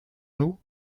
nous